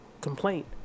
complaint